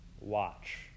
Watch